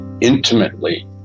intimately